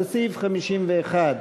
לסעיף 51,